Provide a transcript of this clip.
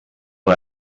una